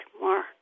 more